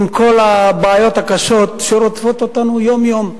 עם כל הבעיות הקשות שרודפות אותנו יום-יום.